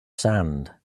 sand